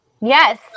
yes